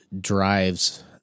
drives